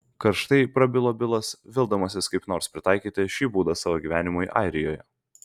karštai prabilo bilas vildamasis kaip nors pritaikyti šį būdą savo gyvenimui airijoje